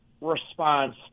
response